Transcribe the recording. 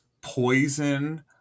poison